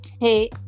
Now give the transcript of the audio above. hey